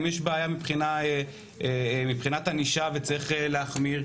אם יש בעיה מבחינת ענישה וצריך להחמיר,